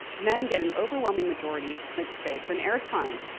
men get an overwhelming majority of print space and airtime.